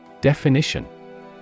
Definition